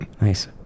Nice